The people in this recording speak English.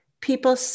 people